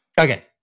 Okay